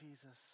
Jesus